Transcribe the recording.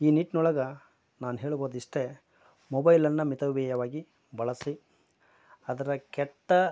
ಈ ನಿಟ್ನೊಳಗೆ ನಾನು ಹೇಳ್ಬೋದು ಇಷ್ಟೇ ಮೊಬೈಲನ್ನ ಮಿತವಾಗಿ ಬಳಸಿ ಅದರ ಕೆಟ್ಟ